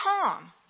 Tom